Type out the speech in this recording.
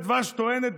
שמייצגים אותה